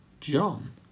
John